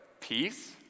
peace